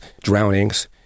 drownings